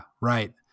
right